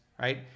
right